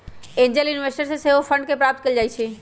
angel investors से सेहो fund के प्राप्त कएल जाइ छइ